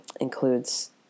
includes